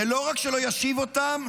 לא רק שזה לא ישיב אותם,